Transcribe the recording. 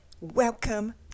Welcome